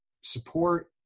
support